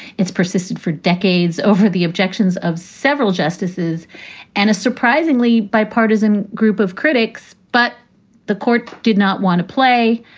it's persisted for decades over the objections of several justices and a surprisingly bipartisan group of critics. but the court did not want to play.